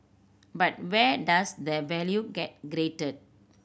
but where does the value get created